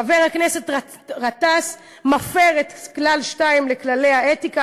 חבר הכנסת גטאס מפר את כלל מס' 2 בכללי האתיקה,